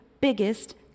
biggest